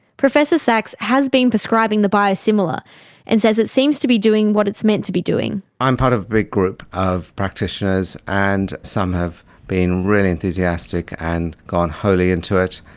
professor sachs has been prescribing the biosimilar and says it seems to be doing what it's meant to be doing. i'm part of a big group of practitioners and some have been really enthusiastic and gone wholly into it,